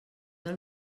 del